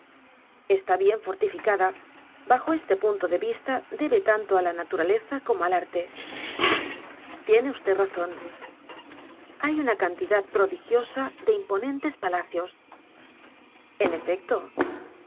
está bien fortificada bajo este punto de vista debe tanto á la naturaleza como al arte edgar poe novelas v cuentos tiene vd razón hay una cantidad prodigiosa de imponentes palacios en efecto